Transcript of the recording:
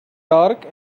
dark